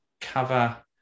cover